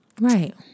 right